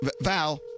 Val